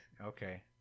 Okay